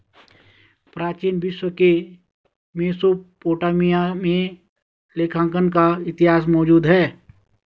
प्राचीन विश्व के मेसोपोटामिया में लेखांकन का इतिहास मौजूद है